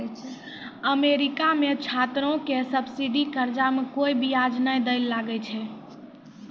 America मे छात्रो के सब्सिडी कर्जा मे कोय बियाज नै दै ले लागै छै